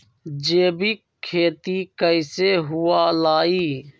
जैविक खेती कैसे हुआ लाई?